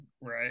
Right